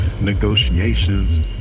Negotiations